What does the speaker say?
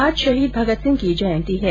आज शहीद भगत सिंह की जयंती है